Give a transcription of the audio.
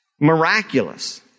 miraculous